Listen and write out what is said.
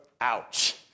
ouch